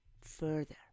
further